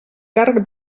càrrec